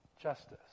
justice